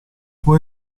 può